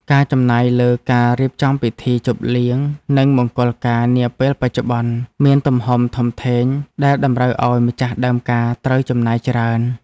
ការចំណាយលើការរៀបចំពិធីជប់លៀងនិងមង្គលការនាពេលបច្ចុប្បន្ន មានទំហំធំធេងដែលតម្រូវឱ្យម្ចាស់ដើមការត្រូវចំណាយច្រើន។